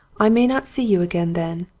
i may not see you again then.